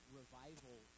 revival